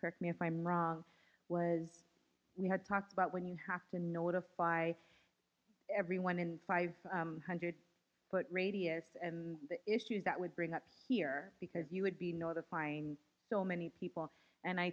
rrect me if i'm wrong was we had talked about when you have to notify everyone in five hundred foot radius and the issues that would bring up here because you would be notifying so many people and i